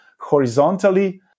horizontally